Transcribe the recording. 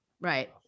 Right